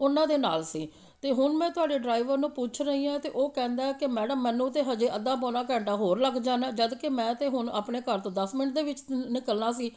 ਉਹਨਾਂ ਦੇ ਨਾਲ਼ ਸੀ ਅਤੇ ਹੁਣ ਮੈਂ ਤੁਹਾਡੇ ਡਰਾਈਵਰ ਨੂੰ ਪੁੱਛ ਰਹੀ ਹਾਂ ਅਤੇ ਉਹ ਕਹਿੰਦਾ ਕਿ ਮੈਡਮ ਮੈਨੂੰ ਤਾਂ ਅਜੇ ਅੱਧਾ ਪੌਣਾ ਘੰਟਾ ਹੋਰ ਲੱਗ ਜਾਣਾ ਜਦਕਿ ਮੈਂ ਤਾਂ ਹੁਣ ਆਪਣੇ ਘਰ ਤੋਂ ਦਸ ਮਿੰਟ ਦੇ ਵਿੱਚ ਨਿਕਲਣਾ ਸੀ